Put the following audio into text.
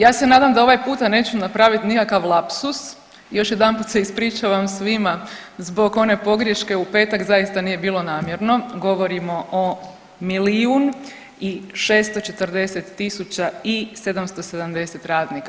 Ja se nadam da ovaj puta neću napraviti nikakav lapsus, još jedanput se ispričavam svima zbog one pogriješke u petak zaista nije bilo namjerno, govorimo o milijun i 640 tisuća i 770 radnika.